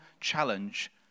challenge